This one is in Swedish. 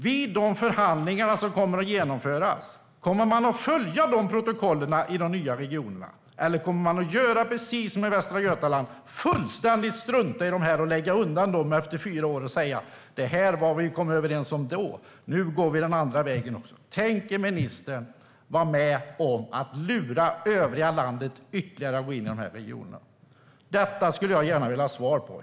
Vid de förhandlingar som kommer att genomföras, kommer man att följa de protokollen i de nya regionerna, eller kommer man att göra precis som i Västra Götaland och fullständigt strunta i dem, lägga undan dem efter fyra år och säga att man går en annan väg? Tänker ministern vara med och lura övriga landet att gå in i regionerna? Detta skulle jag gärna vilja ha svar på.